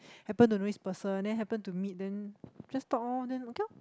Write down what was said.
happen to know this person then happen to meet then just talk lor then okay lor